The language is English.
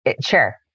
Sure